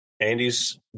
Andy's